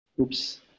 Oops